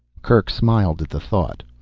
kerk smiled at the thought.